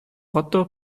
roto